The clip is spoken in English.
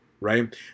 right